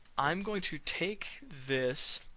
i'm going to take this,